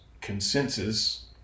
consensus